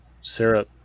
syrup